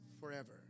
forever